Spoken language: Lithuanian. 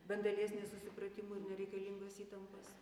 bent dalies nesusipratimų ir nereikalingos įtampos